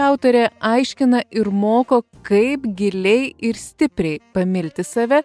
autorė aiškina ir moko kaip giliai ir stipriai pamilti save